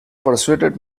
persuaded